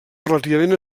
relativament